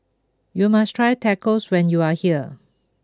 you must try Tacos when you are here